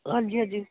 ਹਾਂਜੀ ਹਾਂਜੀ